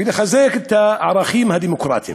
ולחזק את הערכים הדמוקרטיים